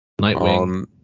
Nightwing